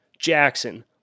Jackson